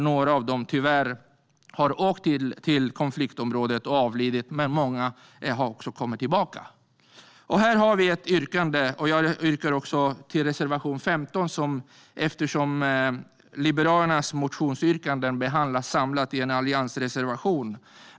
Några av dem har tyvärr åkt till konfliktområden och dödats, men många har kommit tillbaka. Jag yrkar bifall till vår reservation 15, eftersom Liberalernas motionsyrkanden behandlas samlat i en alliansreservation.